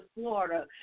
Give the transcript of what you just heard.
Florida